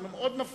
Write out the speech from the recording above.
זה מאוד מפריע.